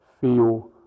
feel